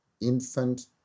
infant